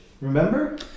Remember